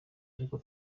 ariko